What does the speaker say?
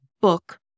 book